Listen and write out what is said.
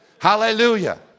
Hallelujah